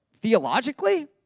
Theologically